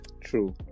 True